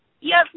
yes